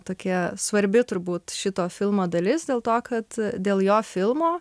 tokia svarbi turbūt šito filmo dalis dėl to kad dėl jo filmo